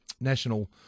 National